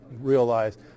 realize